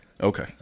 Okay